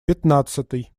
пятнадцатый